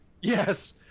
Yes